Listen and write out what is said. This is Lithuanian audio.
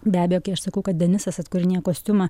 be abejo kai aš sakau kad denisas atkūrinėja kostiumą